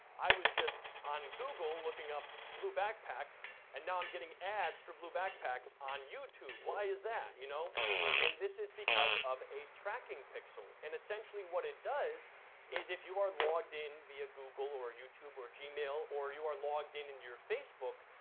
i was just on google looking up blue backpacks, and now i'm getting ads for blue backpacks on youtube, why is that? you know and this is because of a tracking pixel, and essentially what it does is if you are logged in via google or youtube, or gmail, or you are logged in into your facebook,